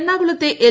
എറണാകുളത്തെ എൽ